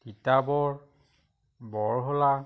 Titabar Borhola